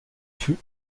fut